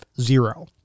zero